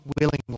willingly